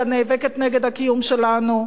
אלא נאבקת נגד הקיום שלנו.